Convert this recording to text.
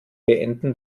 beenden